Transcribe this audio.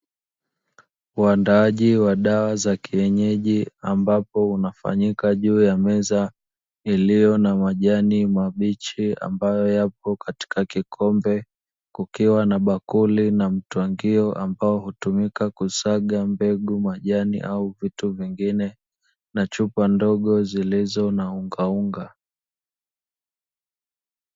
Uandaaji wa dawa za kienyeji ambapo unafanyika juu ya meza iliyo na majani mabichi ambayo yapo katika kikombe; kukiwa na bakuli na mtwangio ambao hutumika kusaga mbegu, majani au vitu vingine; na chupa ndogo zilizo na unga.